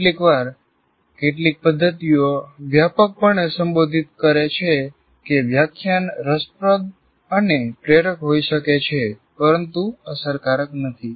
કેટલીકવાર કેટલીક પદ્ધતિઓ વ્યાપકપણે સંબોધિત કરે છે કે વ્યાખ્યાન રસપ્રદ અને પ્રેરક હોઈ શકે છે પરંતુ અસરકારક નથી